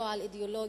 לא על אידיאולוגיה,